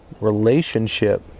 relationship